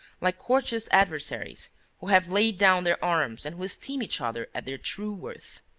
like courteous adversaries who have laid down their arms and who esteem each other at their true worth.